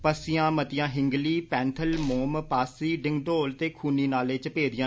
पस्सियां मतियां हिंगनी पैंथल मोम पासी डिगडोल ते खूनी नाले च पेदियां